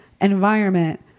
environment